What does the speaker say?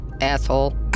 Asshole